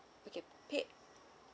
okay paid